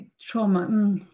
trauma